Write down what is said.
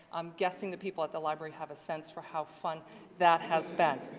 i'm guessing the people at the library have a sense for how fun that has been.